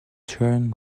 turn